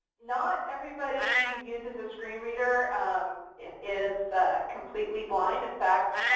not everybody who uses a screen reader is completely blind in fact,